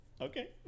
okay